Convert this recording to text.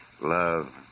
Love